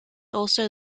also